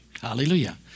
Hallelujah